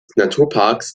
naturparks